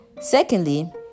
secondly